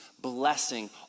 blessing